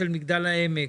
של מגדל העמק,